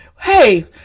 Hey